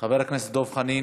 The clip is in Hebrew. חבר הכנסת דב חנין